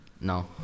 No